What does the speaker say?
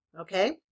okay